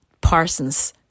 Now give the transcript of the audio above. Parsons